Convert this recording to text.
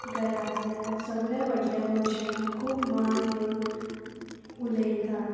घरांतल्या सोगल्या व्हडल्या मनशां खूब मान दिवन उलयता